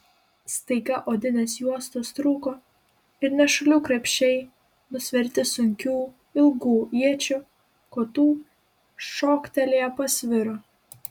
staiga odinės juostos trūko ir nešulių krepšiai nusverti sunkių ilgų iečių kotų šoktelėję pasviro